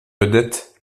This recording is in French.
vedette